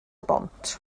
bont